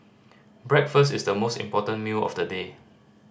breakfast is the most important meal of the day